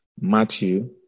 Matthew